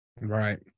right